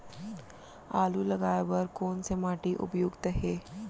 आलू लगाय बर कोन से माटी उपयुक्त हे?